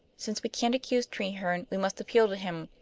since we can't accuse treherne, we must appeal to him.